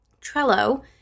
Trello